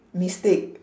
mistake